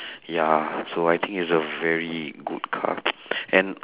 ya so I think it's a very good car and